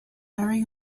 very